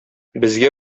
безгә